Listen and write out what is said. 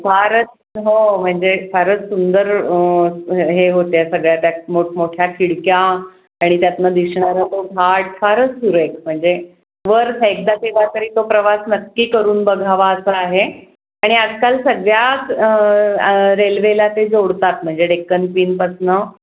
फारच हो म्हणजे फारंच सुंदर हे होते सगळ्या त्यात मोठमोठ्या खिडक्या आणि त्यातून दिसणारा तो घाट फारच सुरेख म्हणजे वर्थ एकदा केव्हा तरी तो प्रवास नक्की करून बघावा असा आहे आणि आजकाल सगळ्याच रेल्वेला ते जोडतात म्हणजे डेक्कन क्विनपासून